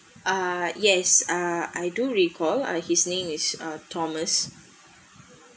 ah yes uh I do recall uh his name is uh thomas